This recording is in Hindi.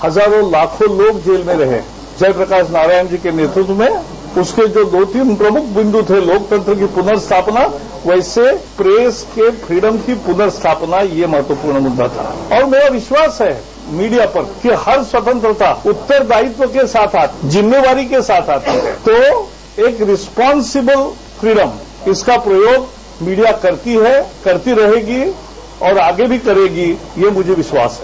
हजारों लाखों लोग जेल में रहे जय प्रकाश नारायण जी के नेतृत्व में उसके जो दो तीन प्रमुख बिन्दु थे लोकतंत्र की पूर्न स्थापना वैसे प्रेस की पूर्न स्थापना यह महत्वपूर्ण था और मेरा विश्वास है कि मीडिया पर कि हर स्वतंत्रता उत्तरदायित्व के साथ आती है जिम्मेदारी के साथ आती है तो एक रिस्पांसिबल फ्रीडम जिसका प्रयोग मीडिया करती है करती रहेगी और आगे भी करेगी यह मेरा विश्वास है